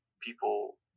people